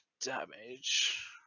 damage